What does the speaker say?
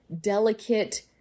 delicate